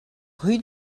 rue